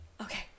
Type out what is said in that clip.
Okay